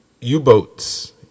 U-boats